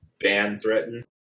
Ban-threatened